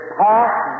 past